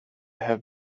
have